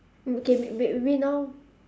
okay maybe maybe now